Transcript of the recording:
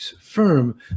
firm